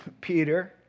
Peter